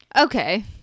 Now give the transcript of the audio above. Okay